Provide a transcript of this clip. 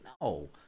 No